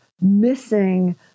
missing